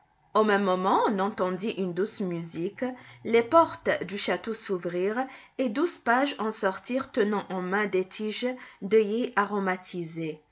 au même moment on entendit une douce musique les portes du château s'ouvrirent et douze pages en sortirent tenant en main des tiges d'œillets aromatisées